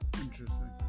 interesting